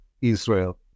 Israel